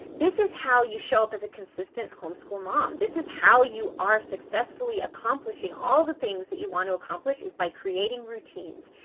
this is how you show up as a consistent homeschool mom. this is how you are successfully accomplishing all the things that you want to accomplish is by creating routines.